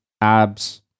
ABS